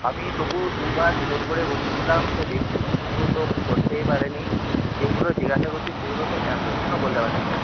আমি তবু দুবার জোর করে বসিয়েছিলাম তো দেখছি কিছু তো করতেই পারেনি যেগুলো জিজ্ঞাসা করছি সেগুলো তো এতটুকুও বলতে পারছে না